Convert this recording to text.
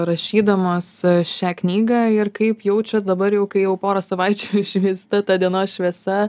rašydamos šią knygą ir kaip jaučiat dabar jau kai jau porą savaičių išvysta ta dienos šviesa